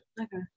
Okay